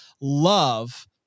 love